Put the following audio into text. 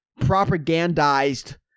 propagandized